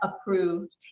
approved